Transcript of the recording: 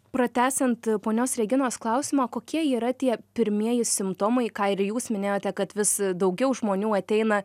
pratęsiant ponios reginos klausimą kokie yra tie pirmieji simptomai ką ir jūs minėjote kad vis daugiau žmonių ateina